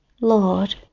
Lord